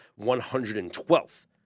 112th